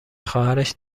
خواهرش